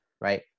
right